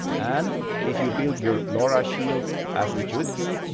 and if you build your lora shield as it should be,